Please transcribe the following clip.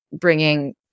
bringing